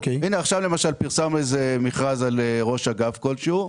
הנה, עכשיו למשל פרסמנו מכרז על ראש אגף כלשהו,